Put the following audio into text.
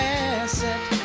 asset